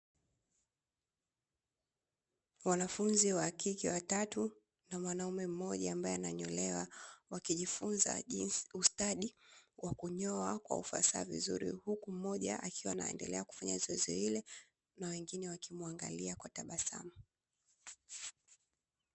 Wanafunzi wa kike watatu na mwanaume mmoja ambaye ananyolewa, wakijifunza jinsi ustadi wa kunyoa kwa ufasaha vizuri huku mmoja akiwa anaendelea kufanya zoezi lile na wengine wakimwangalia kwa tabasamu